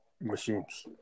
machines